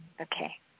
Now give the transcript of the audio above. Okay